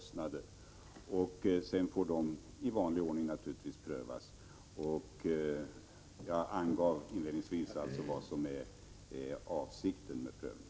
Sedan får detta prövas i vanlig ordning. Jag angav inledningsvis vad som är avsikten med prövningen.